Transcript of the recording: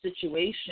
situation